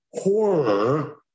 horror